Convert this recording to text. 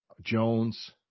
Jones